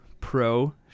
Pro